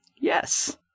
yes